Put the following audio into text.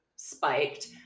spiked